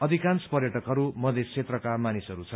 अघिकांश पर्यटकहरू मधेश क्षेत्रका मानिसहरू छन्